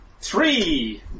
Three